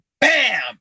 bam